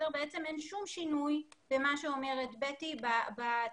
בעצם אין שום שינוי במה שאומרת בטי בתקצוב.